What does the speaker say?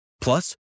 Plus